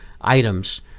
items